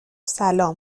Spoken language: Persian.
سلام